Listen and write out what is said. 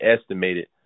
estimated